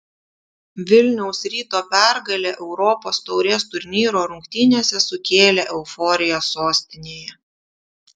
vilniaus ryto pergalė europos taurės turnyro rungtynėse sukėlė euforiją sostinėje